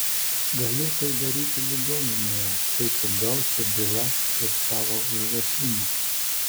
galiu tai daryti ligoninėje kai tik gausiu bylas ir savo užrašinę